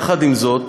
עם זאת,